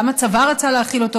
גם הצבא רצה להחיל אותו,